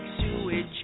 sewage